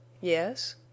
Yes